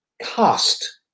cast